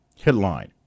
Headline